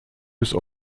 bis